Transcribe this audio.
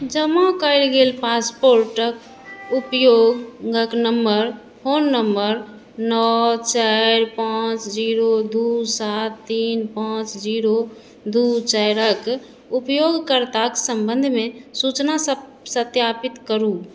जमा कयल गेल पासपोर्टक उपयोगक नंबर फोन नंबर नओ चारि पाॅंच जीरो दू सात तीन पाॅंच जीरो दू चारि के उपयोगकर्ताक संबंधमे सूचना सत्यापित करू